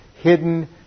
hidden